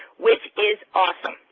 which is awesome.